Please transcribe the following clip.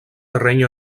terreny